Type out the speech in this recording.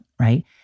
right